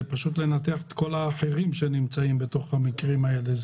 זה מחייב לנתח את כל הנימוקים האחרים שנמצאים בקרב המקרים האלה,